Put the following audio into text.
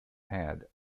had